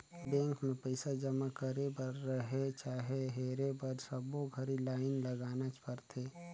bank मे पइसा जमा करे बर रहें चाहे हेरे बर सबो घरी लाइन लगाना परथे